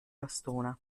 bastona